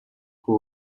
who